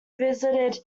visited